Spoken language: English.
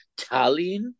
Tallinn